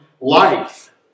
life